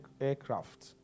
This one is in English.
aircraft